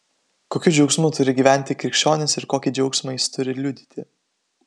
kokiu džiaugsmu turi gyventi krikščionis ir kokį džiaugsmą jis turi liudyti